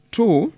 Two